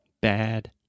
bad